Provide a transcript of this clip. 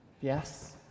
yes